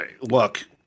look